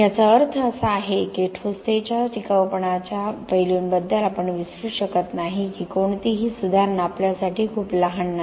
याचा अर्थ असा आहे की ठोसतेच्या टिकाऊपणाच्या पैलूंबद्दल आपण विसरू शकत नाही की कोणतीही सुधारणा आपल्यासाठी खूप लहान नाही